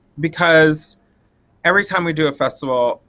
because every time we do a festival,